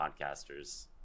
podcasters